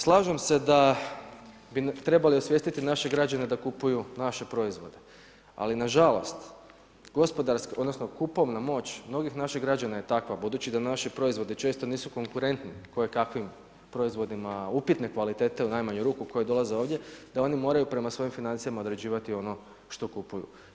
Slažem se da bi trebali osvijestiti naše građane da kupuju naše proizvode, ali nažalost kupovna moć mnogih naših građana je takva budući da naši proizvodi često nisu konkurenti kojekakvim proizvodima upitne kvalitete u najmanju ruku koji dolaze ovdje, da oni moraju prema svojim financijama određivati ono što kupuju.